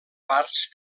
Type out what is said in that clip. parts